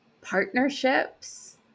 partnerships